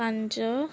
ਪੰਜ